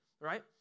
right